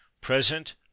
present